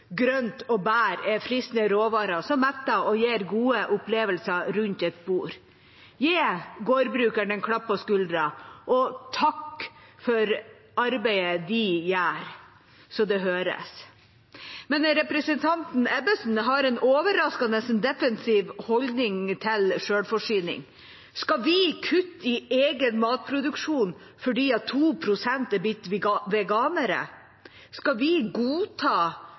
grønt og bær er fristende råvarer som metter og gir gode opplevelser rundt et bord. Gi gårdbrukeren en klapp på skulderen, og takk for arbeidet han eller hun gjør, så det høres. Representanten Ebbesen har en overraskende defensiv holdning til selvforsyning. Skal vi kutte i egen matproduksjon fordi 2 pst. er blitt veganere? Skal vi godta